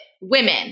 Women